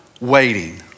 waiting